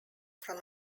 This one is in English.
from